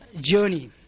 journey